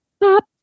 pop